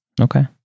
Okay